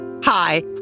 Hi